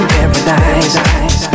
paradise